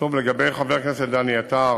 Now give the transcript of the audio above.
לגבי חבר הכנסת דני עטר,